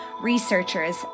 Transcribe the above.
researchers